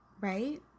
Right